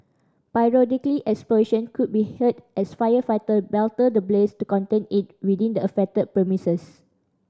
periodically explosion could be heard as firefighter battle the blaze to contain it within the affected premises